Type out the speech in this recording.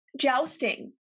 Jousting